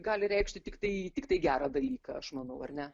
gali reikšti tiktai tiktai gerą dalyką aš manau ar ne